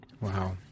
Wow